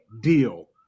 deal